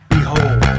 Behold